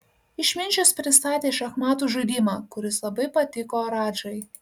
išminčius pristatė šachmatų žaidimą kuris labai patiko radžai